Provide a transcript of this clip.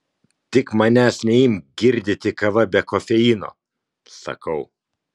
tik manęs neimk girdyti kava be kofeino sakau